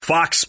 Fox